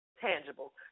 tangible